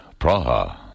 Praha